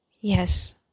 Yes